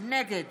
נגד